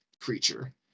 creature